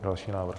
Další návrh.